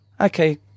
Okay